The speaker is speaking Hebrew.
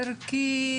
ערכי,